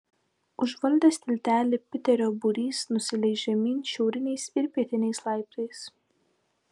užvaldęs tiltelį piterio būrys nusileis žemyn šiauriniais ir pietiniais laiptais